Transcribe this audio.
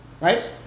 right